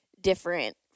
different